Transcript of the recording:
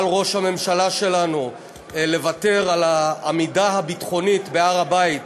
ראש הממשלה שלנו לוותר על העמידה הביטחונית בהר הבית,